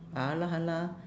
!alah! !hanna!